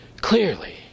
clearly